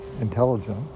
intelligent